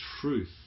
truth